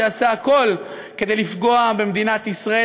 שעשה הכול כדי לפגוע במדינת ישראל.